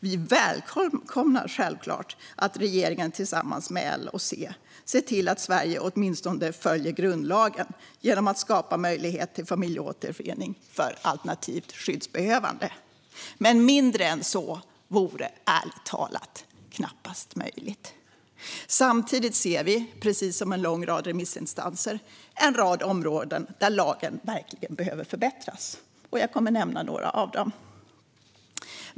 Vi välkomnar självklart att regeringen tillsammans med L och C ser till att Sverige åtminstone följer grundlagen genom att skapa möjlighet till familjeåterförening för alternativt skyddsbehövande. Mindre än så vore ärligt talat knappast möjligt. Samtidigt ser vi, precis som en lång rad remissinstanser, en rad områden där lagen verkligen behöver förbättras. Jag kommer att nämna några av dem.